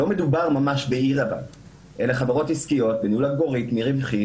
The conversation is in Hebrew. לא מדובר ממש בעיר אגב אלא בחברות עסקיות אל מול אלגוריתם רווחי